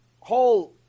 whole